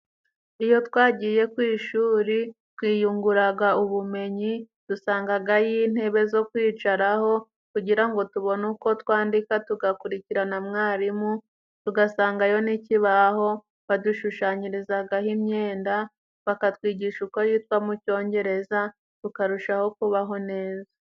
Iyo twagiye ku ishuri twiyunguraga ubumenyi. Dusangagayo intebe zo kwicaraho, kugira ngo tubone uko twandika tugakurikira na mwarimu, tugasangayo n'ikibaho. Badushushanyirizagaho imyenda, bakatwigisha uko yitwa mu cyongereza tukarushaho kubaho neza.